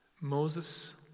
Moses